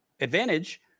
advantage